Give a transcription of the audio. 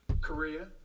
Korea